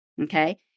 Okay